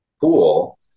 pool